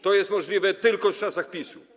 To jest możliwe tylko w czasach PiS-u.